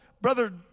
Brother